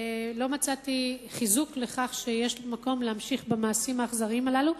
לא מצאתי חיזוק לכך שיש מקום להמשיך במעשים האכזריים הללו,